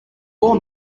four